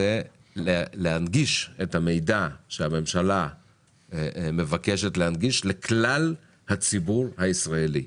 להנגיש את המידע שהממשלה מבקשת להנגיש לכלל הציבור הישראלי.